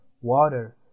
water